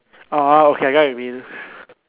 orh okay I get what you mean